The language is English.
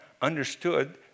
understood